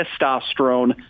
testosterone